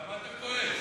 למה אתה כועס?